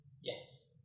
Yes